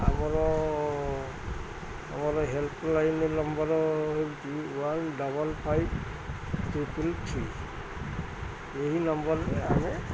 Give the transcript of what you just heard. ଆମର ଆମର helpline number ହଉଛି one double five triple three ଏହି ନମ୍ବରରେ ଆମେ